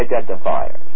identifiers